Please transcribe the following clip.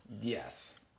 Yes